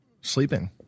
sleeping